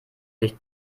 licht